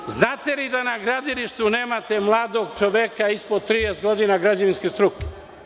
Da li znate da na gradilištu nemate mladog čoveka ispod 30 godina građevinske struke?